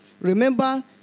Remember